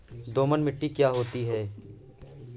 दोमट मिट्टी क्या होती हैं?